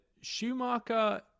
Schumacher